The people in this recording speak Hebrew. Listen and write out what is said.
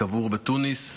קבור בתוניס.